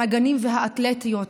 הנגנים והאתלטיות,